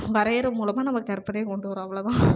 வரைகிற மூலமாக நம்ம கற்பனையை கொண்டு வரோம் அவ்வளோதான்